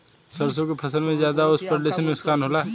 सरसों के फसल मे ज्यादा ओस पड़ले से का नुकसान होला?